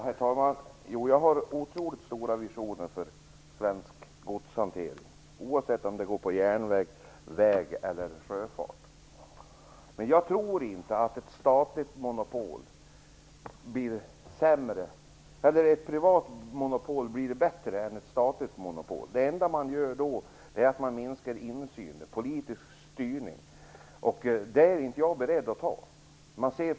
Herr talman! Jag har otroligt stora visioner för svensk godshantering, oavsett om den sker på järnväg, väg eller i sjöfart. Men jag tror inte att ett privat monopol blir bättre än ett statligt monopol. Det enda man skulle åstadkomma med det är att minska insynen och den politiska styrningen. Detta är inte jag beredd att acceptera.